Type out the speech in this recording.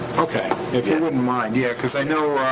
okay. if you wouldn't mind, yeah. cause i know